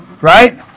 Right